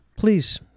please